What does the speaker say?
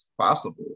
possible